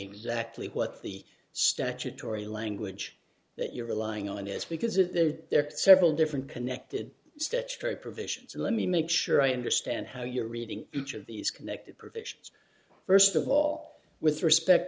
exactly what the statutory language that you're relying on is because of the there are several different connected statutory provisions let me make sure i understand how you're reading each of these connected provisions first of all with respect